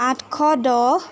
আঠশ দহ